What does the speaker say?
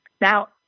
Now